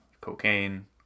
cocaine